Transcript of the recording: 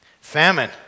Famine